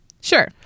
Sure